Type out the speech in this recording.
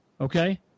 okay